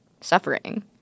suffering